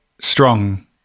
strong